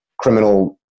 criminal